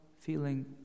feeling